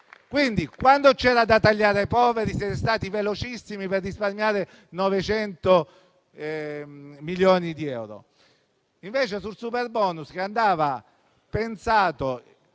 Quando c'era da tagliare ai poveri siete stati velocissimi, per risparmiare 900 milioni di euro. Il superbonus invece andava pensato